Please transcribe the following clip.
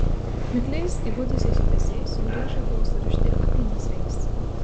mikliais įgudusiais judesiais jų riešai buvo surišti apynasriais